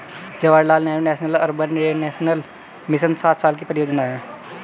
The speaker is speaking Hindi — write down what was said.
Jawaharlal Nehru national urban renewal mission सात साल की परियोजना है